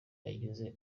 yagize